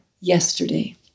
yesterday